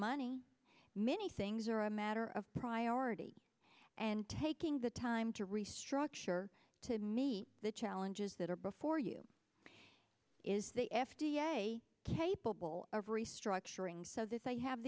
money many things are a matter of priority and taking the time to restructure to meet the challenges that are before you is the f d a capable of restructuring so that they have